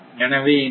எனவே இங்கு